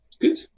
good